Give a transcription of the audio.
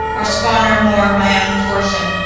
or squander more of my own fortune.